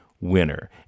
winner